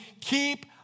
Keep